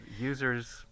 users